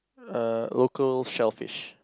uh local shellfish